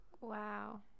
wow